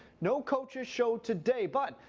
no coaches show today. but.